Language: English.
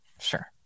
sure